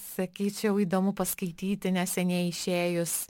sakyčiau įdomu paskaityti neseniai išėjus